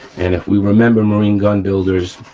and if we remember marine gun builders,